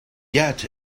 yet